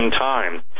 time